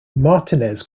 martinez